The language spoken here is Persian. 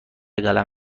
قلم